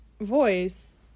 voice